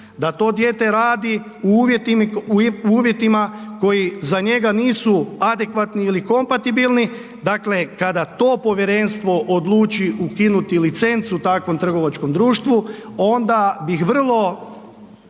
da to dijete radi u uvjetima koji za njega nisu adekvatni ili kompatibilni kada to povjerenstvo odluči ukinuti licencu takvom trgovačkom društvu, onda bih volio